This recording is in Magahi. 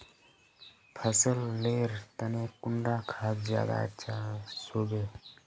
फसल लेर तने कुंडा खाद ज्यादा अच्छा सोबे?